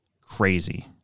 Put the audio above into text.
crazy